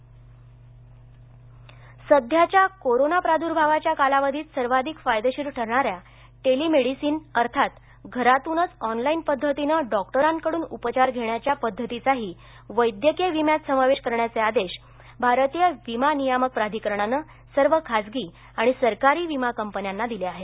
telemedicine विमा सध्याच्या corona प्रादूर्भावाच्या कालावधीत सर्वाधिक फायदेशीर ठरणाऱ्या टेलिमेडिसिन अर्थात घरातूनच ऑनलाईन पद्धतीनं डॉक्टरांकडून उपचार घेण्याच्या पद्धतीचाही वैद्यकीय विम्यात समावेश करण्याचे आदेश भारतीय विमा नियामक प्राधिकरणांन सर्व खासगी आणि सरकारी विमा कंपन्यांना दिले आहेत